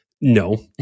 No